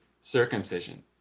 circumcision